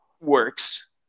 works